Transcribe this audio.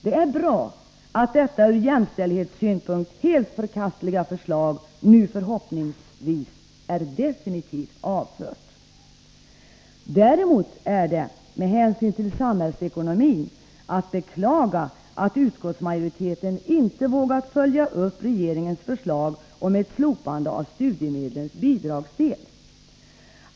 Det är bra att detta ur jämställdhetssynpunkt helt förkastliga förslag förhoppningsvis nu är definitivt avfört. Däremot är det — med hänsyn till samhällsekonomin — att beklaga att utskottsmajoriteten inte vågat följa upp regeringens förslag om ett slopande av studiemedlens bidragsdel.